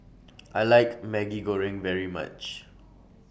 I like Maggi Goreng very much